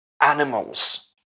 animals